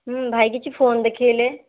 ଭାଇ କିଛି ଫୋନ୍ ଦେଖାଇଲେ